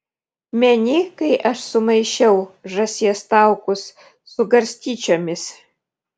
meni kai aš sumaišiau žąsies taukus su garstyčiomis